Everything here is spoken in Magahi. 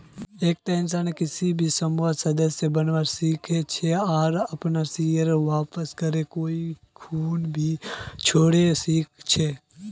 एकता इंसान किसी भी समयेत सदस्य बनवा सीखा छे आर अपनार शेयरक वापस करे कोई खूना भी छोरवा सीखा छै